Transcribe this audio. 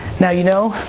now you know.